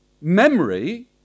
memory